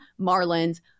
Marlins